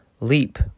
Leap